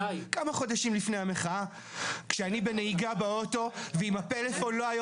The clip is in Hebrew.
כמה חודשים לפני המחאה כשאני בנהיגה באוטו ועם הפלאפון לא היה